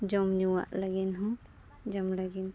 ᱡᱚᱢ ᱧᱩᱣᱟᱜ ᱞᱟᱹᱜᱤᱫ ᱦᱚᱸ ᱡᱚᱢ ᱞᱟᱹᱜᱤᱫ